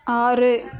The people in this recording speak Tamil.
ஆறு